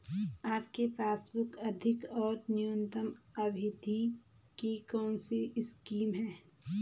आपके पासबुक अधिक और न्यूनतम अवधि की कौनसी स्कीम है?